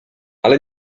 ale